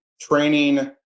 training